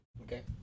Okay